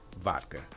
vodka